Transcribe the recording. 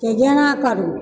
चाहे जेना करू